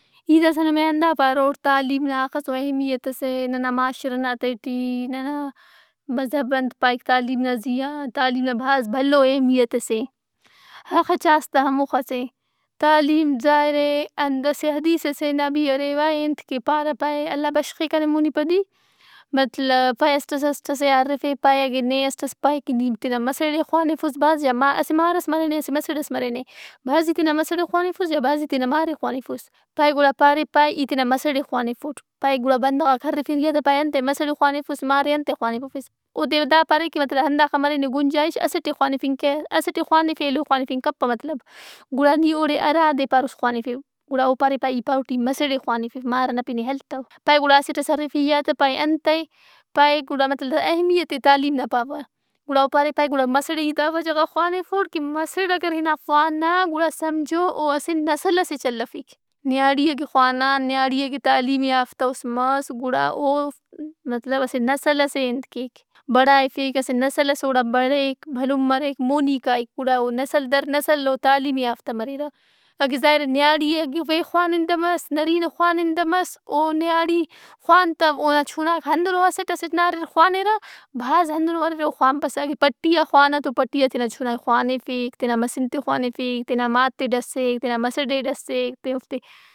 ای داسا نمے ہندا پاروٹ تعلیم نا اخسو اہمیت ئس اے۔ ننامعاشرہ نا تہٹی، ننا مذہب انت پائک تعلیم نا زیا۔ تعلیم نا بھاز بھلو اہمیت ئس اے۔ اخہ چاس تہ ہموخس اے۔ تعلیم ظاہر اے انت ئسے نا بھی روا اے انت کہ پارہ، پائہہ، اللہ بشخہِ کنے مونی پدی۔ مطلب پائہہ اسٹ ئس اسٹ ئسے آن ہرّفے کہ پائہہ نے اسٹ ئس پائہہ کہ نی تینا مسڑ خوانفوس بھاز یا ما۔ اسہ مارئس مرے نے اسہ مسڑ ئس مرے نی، بھازی تینا مسڑ ئے خوانفوس یا بھازی تینا مار ئے خوانِفوس۔ پائہہ گُڑا پارے پائہہ ای تینا مسڑ ئے خوانفوٹ، پائہہ گُڑا بندغاک ہرّفیر ای آن تہ پائہہ انتئے مسڑ ئے خوانفوس، مارئے انتئے خوانفوفیس؟ اودے او دا پارے کہ مطلب کہ ہنداخہ مرے نے گنجائش اسٹ ئے خوانفنگ کہ، اسٹ ئے خوانف ایلو ئے خوانگپہ کپہ مطلب گُڑا نی اوڑے اراد ئے پاروس خوانِفِو۔ گڑا او پارے گڑا ای پاروٹ ای مسڑئے خوانِفو، مار ئنا پن ئے ہلتو۔ پائہہ گُڑا اسٹ ئس ہرّفے ای آن تہ پائہہ انتئے؟ پائہہ گڑا مط- اہمیت ئے تعلیم نا پاوہ۔ گُڑا او پارے پائہہ گڑا مسڑئے ای داوجہ غان خوانفوٹ کہ مسڑ اگر ہنا خوانا گُڑا سمجھو او اسہ نسل ئسے چلیفک۔ نیاڑی اگہ خوانا، نیاڑی اگہ تعلیم یافتہ ؤس مس۔ گُڑا او مطلب اسہ نسل ئسے انت کیک بڑھائیفک، اسہ نسل ئس اوڑا بڑھیک بھلن مریک، مونی کائک گڑا او نسل در نسل او تعلیم یافتہ مریرہ۔ اگہ ظاہر اے اگہ نیاڑی بے خوانندہ مس، نرینہ خوانندہ مس، او نیاڑی خوانتو اونا چُناک ہندن اسٹ اسٹ نا اریر او خوانِرہ بھاز ہندنو اریر او خوانپسہ۔ اگہ پٹیا خوانا۔ پٹیا تینا چنائے خوانفک، تینا مسنت ئے خوانفک، تینا مارت ئے ڈسِّک، تینا مسڑ ئے ڈسک۔ تے اوفتے۔